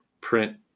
print